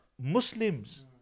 Muslims